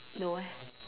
no eh